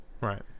Right